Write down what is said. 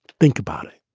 think about it.